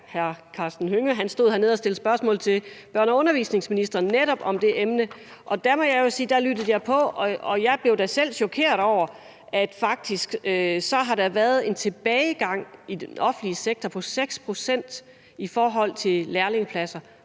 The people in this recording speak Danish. hr. Karsten Hønge hernede og stillede spørgsmål til børne- og undervisningsministeren om netop det emne, og jeg må jo sige, at jeg selv blev chokeret, da jeg hørte, at der faktisk har været en tilbagegang i den offentlige sektor på 6 pct. i forhold til lærlingepladser,